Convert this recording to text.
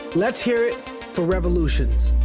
let's hear it for revolutions